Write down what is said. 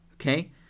Okay